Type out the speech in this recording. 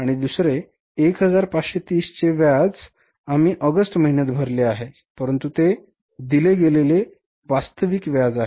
आणि दुसरे 1530 चे व्याज आम्ही ऑगस्ट महिन्यात भरलेले आहे परंतु ते दिले गेलेले वास्तविक व्याज आहे